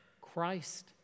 Christ